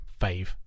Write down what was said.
fave